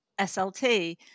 SLT